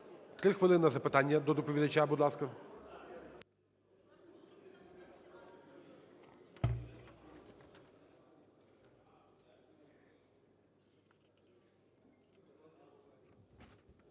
3 хвилини на запитання до доповідача. Будь ласка.